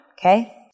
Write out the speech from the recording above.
okay